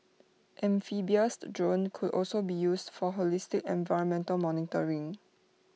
amphibious drones could also be used for holistic environmental monitoring